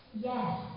Yes